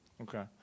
Okay